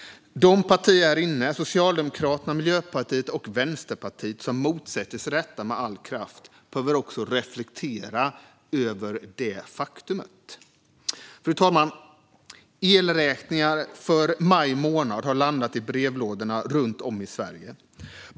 De partier här inne - Socialdemokraterna, Miljöpartiet och Vänsterpartiet - som motsätter sig detta med all kraft behöver också reflektera över vad det innebär. Fru talman! Elräkningar för maj månad har landat i brevlådorna runt om i Sverige.